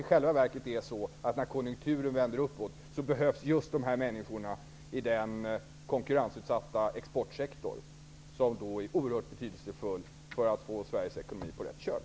I själva verket är det kanske så, att när konjunkturen vänder uppåt behövs just de här människorna i den konkurrensutsatta exportsektor som är oerhört betydelsefull när det gäller att få Sveriges ekonomi på rätt köl.